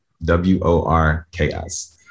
W-O-R-K-S